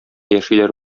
яшиләр